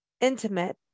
intimate